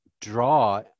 draw